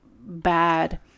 bad